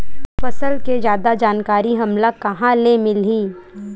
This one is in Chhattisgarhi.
फसल के जादा जानकारी हमला कहां ले मिलही?